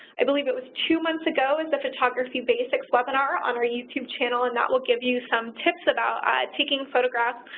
i believe it was two months ago, the photography basics webinar on our youtube channel, and that will give you some tips about taking photographs,